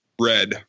Red